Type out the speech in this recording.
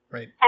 Right